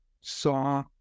saw